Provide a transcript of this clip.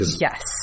Yes